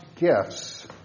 gifts